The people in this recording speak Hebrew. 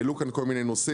העלו כאן כל מיני נושאים.